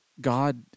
God